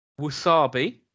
Wasabi